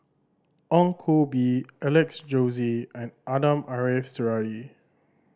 Ong Koh Bee Alex Josey and Ariff Suradi